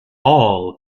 all